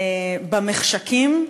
במחשכים,